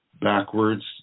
backwards